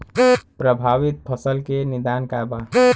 प्रभावित फसल के निदान का बा?